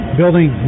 building